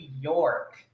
York